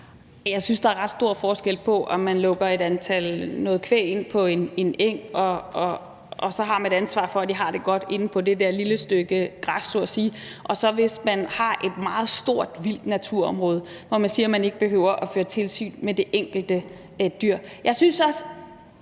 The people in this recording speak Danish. Jeg synes, der er ret stor forskel på, om man lukker noget kvæg ind på en eng og har et ansvar for, at de har det godt inde på det der lille stykke græs så at sige, eller om man har et meget stort vildt naturområde, hvor man siger, at man ikke behøver at føre tilsyn med det enkelte dyr. Jeg bliver nødt